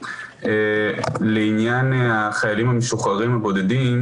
לעניין החיילים המשוחררים הבודדים